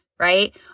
Right